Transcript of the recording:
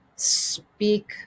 speak